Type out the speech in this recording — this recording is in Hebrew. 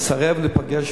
אני מסרב להיפגש,